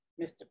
Mr